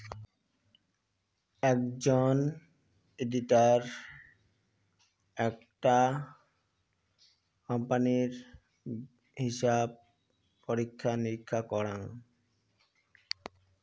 আকজন auditor আকটা কোম্পানির হিছাব পরীক্ষা নিরীক্ষা করাং